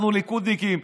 אנחנו ליכודניקים,